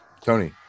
Tony